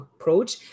approach